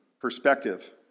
perspective